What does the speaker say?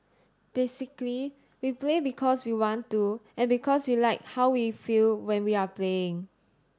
basically we play because we want to and because we like how we feel when we are playing